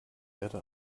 erde